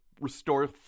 restore